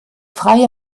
freie